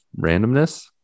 randomness